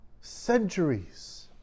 centuries